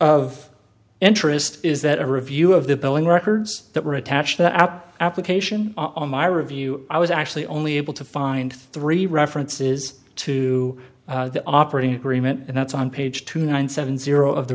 of interest is that a review of the billing records that were attached to our application on my review i was actually only able to find three references to the operating agreement and that's on page two nine seven zero of the